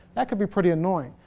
that could be pretty annoying.